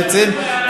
בעצם,